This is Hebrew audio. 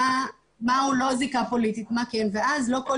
למנות את קשת המקרים מה הוא לא זיקה פוליטית ומה כן ואז לא כל